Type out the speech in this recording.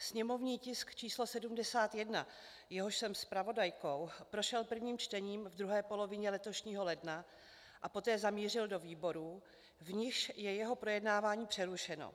Sněmovní tisk číslo 71, jehož jsem zpravodajkou, prošel prvním čtením v druhé polovině letošního ledna a poté zamířil do výborů, v nichž je jeho projednávání přerušeno.